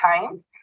time